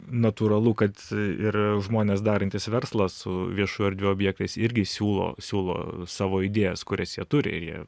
natūralu kad ir žmonės darantys verslą su viešųjų erdvių objektais irgi siūlo siūlo savo idėjas kurias jie turi ir jie